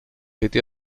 été